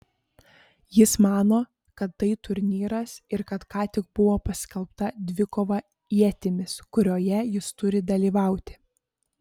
jis mano kad tai turnyras ir kad ką tik buvo paskelbta dvikova ietimis kurioje jis turi dalyvauti